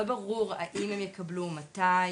לא ברור, האם הן יקבלו, מתי,